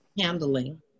handling